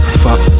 fuck